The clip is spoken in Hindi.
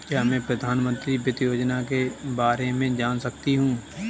क्या मैं प्रधानमंत्री वित्त योजना के बारे में जान सकती हूँ?